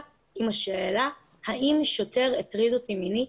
עם השאלה האם שוטר הטריד אותי מינית,